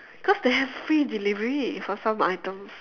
cause they have free delivery for some items